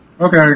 Okay